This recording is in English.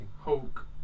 Hulk